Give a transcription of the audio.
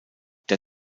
der